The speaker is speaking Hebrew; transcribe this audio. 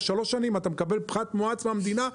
שלוש שנים אתה מקבל פחת מואץ מהמדינה.